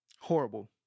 Horrible